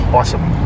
awesome